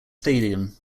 stadium